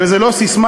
וזאת לא ססמה,